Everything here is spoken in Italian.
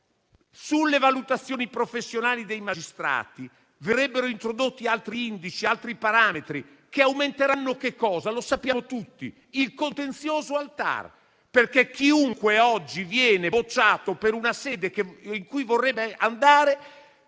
Sulle valutazioni professionali dei magistrati verrebbero introdotti altri indici e altri parametri, che, come sappiamo tutti, aumenteranno il contenzioso al TAR: perché chiunque oggi viene bocciato in una sede in cui vorrebbe andare,